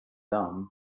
dumb